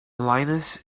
linus